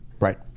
Right